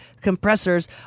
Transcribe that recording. compressors